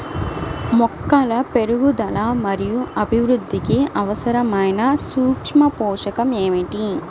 మొక్కల పెరుగుదల మరియు అభివృద్ధికి అవసరమైన సూక్ష్మ పోషకం ఏమిటి?